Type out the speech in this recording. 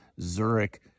Zurich